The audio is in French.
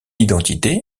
identité